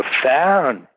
profound